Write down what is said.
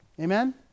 Amen